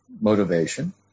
motivation